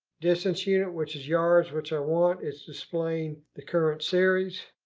distance unit, which is yards, which i want. it's displaying the current series.